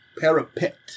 parapet